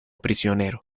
prisionero